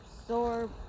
absorb